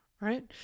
right